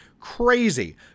crazy